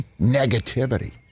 negativity